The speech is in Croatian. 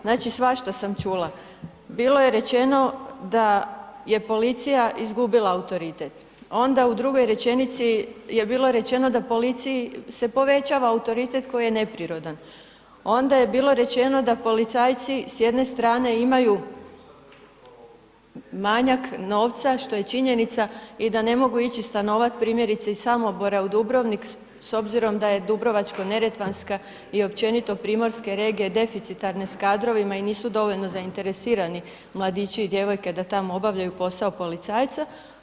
Znači, svašta sam čula, bilo je rečeno da je policija izgubila autoritet, onda u drugoj rečenici je bilo rečeno da policiji se povećava autoritet koji je neprirodan, onda je bilo rečeno da policajci s jedne strane imaju manjak novca što je činjenica i da ne mogu ići stanovat primjerice iz Samobora u Dubrovnik s obzirom da je dubrovačko-neretvanska i općenito primorske regije, deficitarne s kadrovima i nisu dovoljno zainteresirani mladići i djevojke da tamo obavljaju posao policajca.